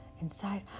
inside